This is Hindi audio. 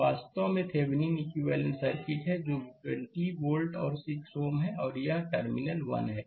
तो यह वास्तव में थेविनीनइक्विवेलेंट सर्किट है जो 20 वोल्ट और 6 Ω है और यह टर्मिनल1 है